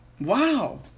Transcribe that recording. Wow